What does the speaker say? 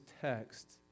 text